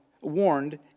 warned